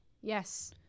Yes